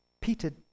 Peter